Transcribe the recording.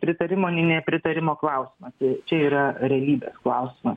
pritarimo nei nepritarimo klausimas čia yra realybės klausimas